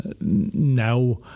now